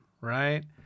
right